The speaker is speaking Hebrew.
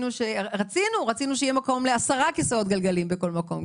רצינו שיהיה מקום לעשרה כיסאות גלגלים בכל מקום,